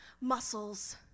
muscles